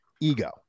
ego